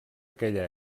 aquella